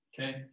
Okay